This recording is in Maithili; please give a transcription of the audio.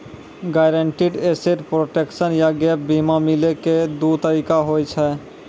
गायरंटीड एसेट प्रोटेक्शन या गैप बीमा मिलै के दु तरीका होय छै